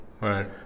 Right